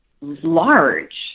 large